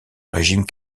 régime